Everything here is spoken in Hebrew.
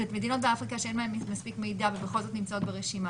מדינות באפריקה שאין בהן מספיק מידע ובכל זאת נמצאות ברשימה,